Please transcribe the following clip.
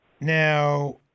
Now